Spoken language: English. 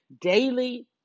daily